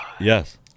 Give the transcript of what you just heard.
Yes